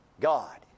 God